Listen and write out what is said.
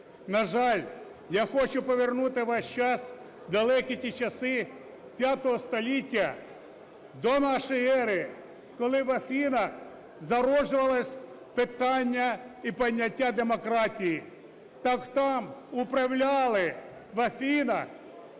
На жаль, я хочу повернути ваш час в далекі ті часи V століття до нашої ери, коли в Афінах зароджувалось питання і поняття демократії. Так там управляли в Афінах